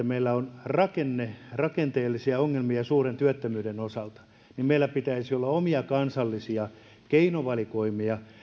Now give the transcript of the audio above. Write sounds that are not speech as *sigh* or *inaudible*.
*unintelligible* meillä on rakenteellisia ongelmia suuren työttömyyden osalta niin meillä pitäisi olla omia kansallisia keinovalikoimia